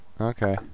Okay